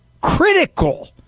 critical